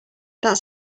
that